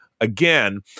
again